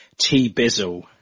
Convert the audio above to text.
T-Bizzle